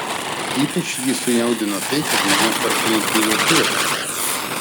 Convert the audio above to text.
ypač jį sujaudino tai kad mane partrenkė jo tėvas